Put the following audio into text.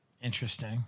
Interesting